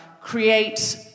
create